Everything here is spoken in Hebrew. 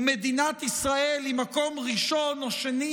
ומדינת ישראל היא מקום ראשון או שני